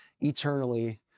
eternally